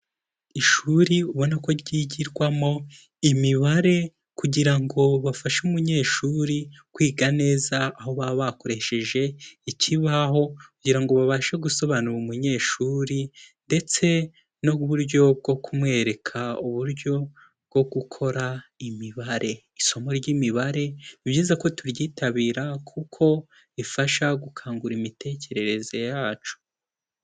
Ishuri ubona ko ryigirwamo imibare kugira ngo bafashe umunyeshuri kwiga neza aho baba bakoresheje ikibaho kugira ngo babashe gusobanurira umunyeshuri ndetse n'uburyo bwo kumwereka uburyo bwo gukora imibare. Isomo ry'imibare ni byiza ko turyitabira kuko rifasha gukangura imitekerereze yacu.